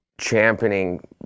championing